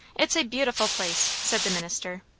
it's a beautiful place! said the minister.